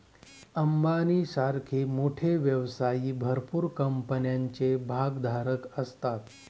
अंबानी सारखे मोठे व्यवसायी भरपूर कंपन्यांचे भागधारक असतात